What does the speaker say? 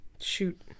Shoot